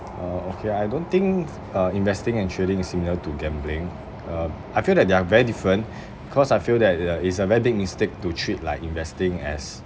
uh okay I don't think uh investing and trading is similar to gambling uh I feel that they are very different cause I feel that it a it's a very big mistake to treat like investing as